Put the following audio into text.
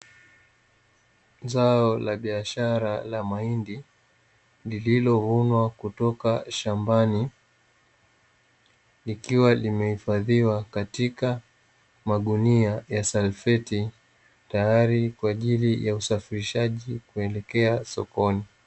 Zao la biashara la mahindi lililovunwa kutoka shambani, likiwa limehifadhiwa katika magunia ya salfeti, tayari kwa ajili ya usafirishaji kuelekea sokoni.